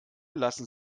lassen